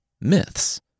myths